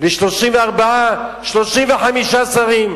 34 35 שרים.